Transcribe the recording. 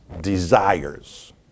desires